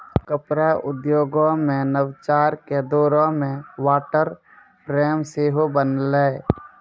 कपड़ा उद्योगो मे नवाचार के दौरो मे वाटर फ्रेम सेहो बनलै